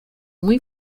muy